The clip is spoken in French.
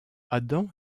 adam